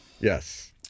Yes